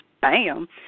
bam